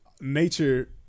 nature